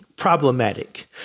problematic